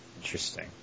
Interesting